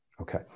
Okay